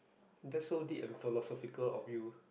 that's so deep and philosophical of you